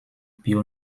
pio